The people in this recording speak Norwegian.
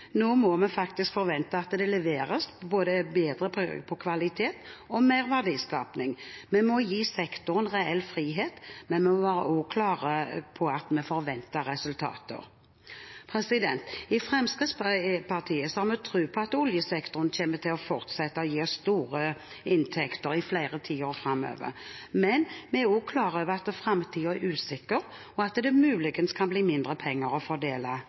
Nå må vi faktisk forvente at det leveres på både bedre kvalitet og mer verdiskaping. Vi må gi sektoren reell frihet, men vi må også være klare på at vi forventer resultater. I Fremskrittspartiet har vi tro på at oljesektoren kommer til å fortsette og gi oss store inntekter i flere tiår framover. Men vi er også klar over at framtiden er usikker, og at det muligens kan bli mindre penger å fordele